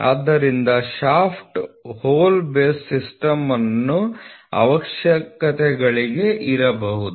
ಆದ್ದರಿಂದ shaft hole base ಸಿಸ್ಟಮ್ನ ಅವಶ್ಯಕತೆಗಳಿಗೆ ಇರಬಹುದು